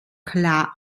klar